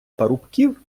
парубків